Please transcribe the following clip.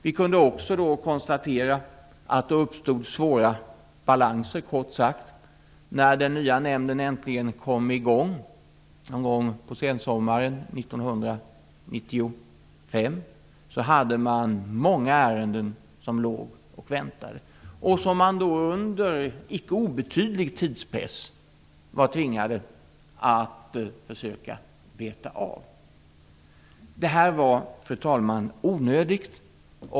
Vi kunde också konstatera att det uppstod svåra balanser. När den nya nämnden äntligen kom i gång någon gång på sensommaren 1995 var det många ärenden som låg och väntade och som man under icke obetydlig tidspress var tvingade att försöka beta av. Fru talman! Detta var onödigt.